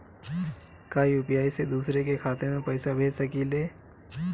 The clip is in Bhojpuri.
का यू.पी.आई से दूसरे के खाते में पैसा भेज सकी ले?